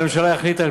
הממשלה החליטה,